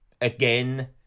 again